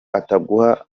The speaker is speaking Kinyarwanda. ataguha